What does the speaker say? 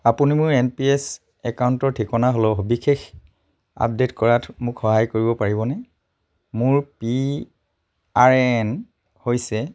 আপুনি মোৰ N P S একাউণ্টৰ ঠিকনাৰ সবিশেষ আপডেট কৰাত মোক সহায় কৰিব পাৰিবনে মোৰ পি আৰ এ এন হৈছে